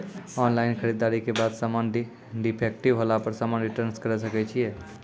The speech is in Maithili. ऑनलाइन खरीददारी के बाद समान डिफेक्टिव होला पर समान रिटर्न्स करे सकय छियै?